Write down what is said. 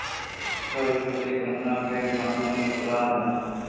कर चोरी करना गैरकानूनी अपराध है